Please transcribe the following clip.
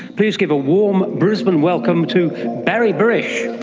please give a warm brisbane welcome to barry barish.